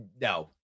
No